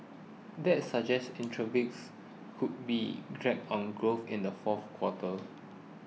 that suggests could be drag on growth in the fourth quarter